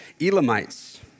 Elamites